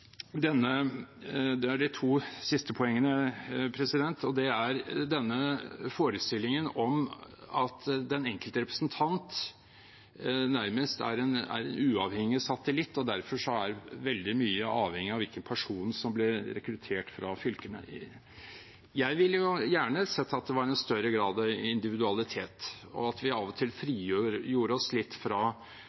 den enkelte representant nærmest er en uavhengig satellitt, og derfor er veldig avhengig av hvilken person som blir rekruttert fra fylkene. Jeg hadde gjerne sett at det var en større grad av individualitet, at vi av og til frigjorde oss litt fra